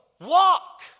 walk